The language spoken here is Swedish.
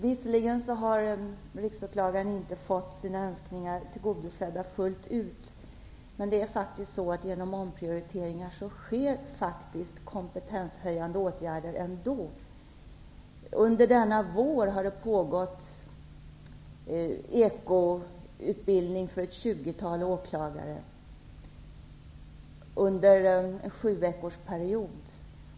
Visserligen har inte Riksåklagaren fått sina önskningar tillgodosedda fullt ut. Men genom omprioriteringar sker faktiskt ändå kompetenshöjande åtgärder. Under denna vår har ekoutbildning pågått för ett 20-tal åklagare under en sjuveckorsperiod.